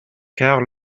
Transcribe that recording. car